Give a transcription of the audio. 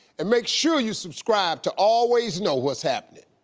and make sure you subscribe to always know what's happening.